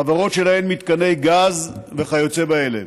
חברות שיש להן מתקני גז וכיוצא באלה.